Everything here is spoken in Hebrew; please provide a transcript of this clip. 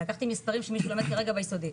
לקחתי מספרים שמישהו לומד כרגע ביסודי,